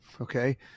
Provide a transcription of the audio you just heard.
Okay